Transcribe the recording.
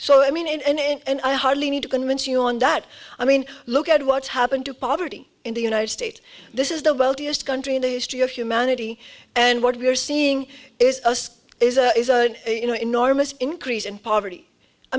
so i mean and i hardly need to convince you on that i mean look at what's happened to poverty in the united states this is the wealthiest country in the history of humanity and what we're seeing is an enormous increase in poverty i